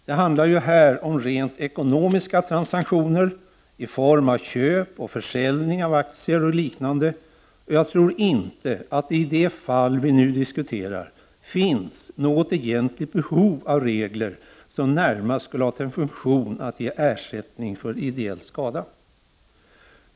Det handlar ju här om rent ekonomiska transaktioner i form av köp och försäljning av aktier och liknande, och jag tror inte att det i de fall vi nu diskuterar finns något egentligt behov av regler som närmast skulle ha till funktion att ge ersättning för ideell skada.